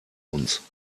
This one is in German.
uns